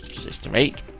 system eight.